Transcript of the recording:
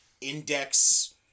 index